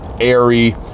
airy